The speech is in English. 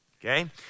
okay